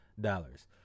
dollars